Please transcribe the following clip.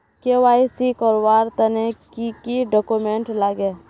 KYC करवार तने की की डॉक्यूमेंट लागे?